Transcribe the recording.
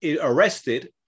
arrested